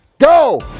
Go